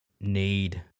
need